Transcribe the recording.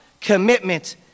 commitment